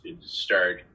start